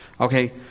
Okay